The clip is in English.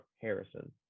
Harrison